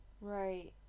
Right